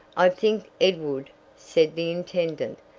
i think, edward, said the intendant,